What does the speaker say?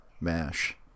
mash